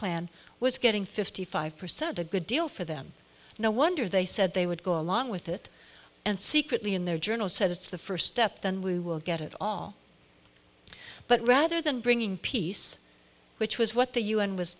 plan was getting fifty five percent a good deal for them no wonder they said they would go along with it and secretly in their journal said it's the first step then we will get it all but rather than bringing peace which was what the u n was